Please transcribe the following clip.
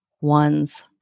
ones